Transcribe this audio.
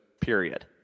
period